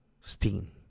Steam